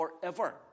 forever